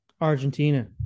Argentina